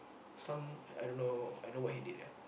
some I don't know I know what he did ya